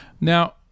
Now